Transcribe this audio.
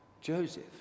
Joseph